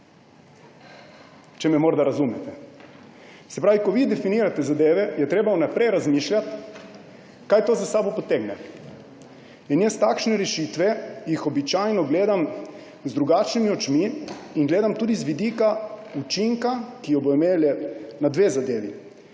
Če me morda razumete. Se pravi, ko vi definirate zadeve, je treba vnaprej razmišljati, kaj to za seboj potegne. Jaz takšne rešitve običajno gledam z drugačnimi očmi in jih gledam tudi z vidika učinka, ki jo bodo imele na dve zadevi.